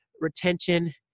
retention –